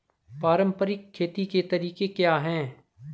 पारंपरिक खेती के तरीके क्या हैं?